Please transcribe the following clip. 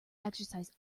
exercise